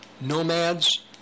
nomads